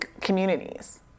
communities